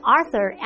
Arthur